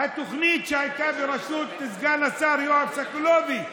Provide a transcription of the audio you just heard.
התוכנית שהייתה בראשות סגן השר יואב סגלוביץ',